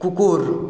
কুকুর